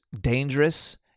dangerous